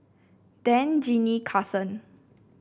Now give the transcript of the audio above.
Dan Jinnie Karson